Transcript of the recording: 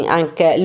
anche